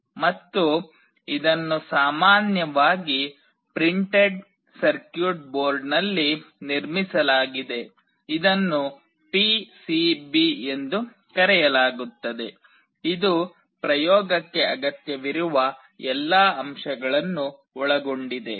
ಮತ್ತು ಇದನ್ನು ಸಾಮಾನ್ಯವಾಗಿ ಪ್ರಿಂಟೆಡ್ ಸರ್ಕ್ಯೂಟ್ ಬೋರ್ಡ್ನಲ್ಲಿ ನಿರ್ಮಿಸಲಾಗಿದೆ ಇದನ್ನು ಪಿಸಿಬಿ ಎಂದು ಕರೆಯಲಾಗುತ್ತದೆ ಇದು ಪ್ರಯೋಗಕ್ಕೆ ಅಗತ್ಯವಿರುವ ಎಲ್ಲಾ ಅಂಶಗಳನ್ನು ಒಳಗೊಂಡಿದೆ